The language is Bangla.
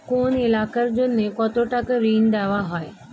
কোন এলাকার জন্য কত টাকা ঋণ দেয়া হয়?